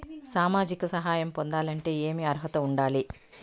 సామాజిక సహాయం పొందాలంటే ఏమి అర్హత ఉండాలి?